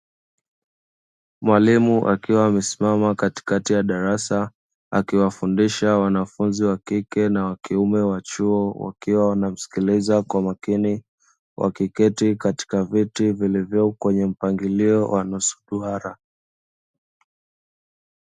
Mwalimu akiwa amesimama katikati ya darasa, akiwafundisha wanafunzi wa kike na wa kiume wa chuo, wakiwa wanamsikiliza kwa makini. Wakiketi katika viti vilivyo kwenye mpangilio wa nusu duara.